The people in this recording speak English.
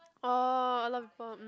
orh a lot people mm